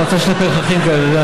מצא שני פרחחים כאלה,